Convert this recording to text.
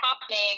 happening